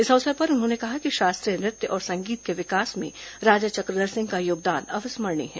इस अवसर पर उन्होंने कहा कि शास्त्रीय नृत्य और संगीत के विकास में राजा चक्रधर सिंह का योगदान अविस्मरणीय है